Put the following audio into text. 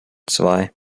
zwei